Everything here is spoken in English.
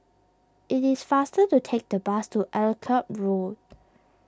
it is faster to take the bus to Akyab Road